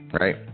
right